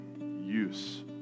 use